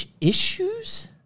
issues